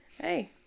Hey